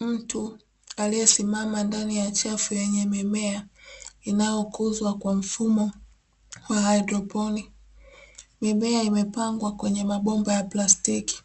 Mtu aliyesimama ndani ya chafu yenye mimea inayokuzwa kwa mfumo wa haidroponi. Mimea imepangwa kwenye mabomba ya plastiki